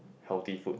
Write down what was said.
healthy food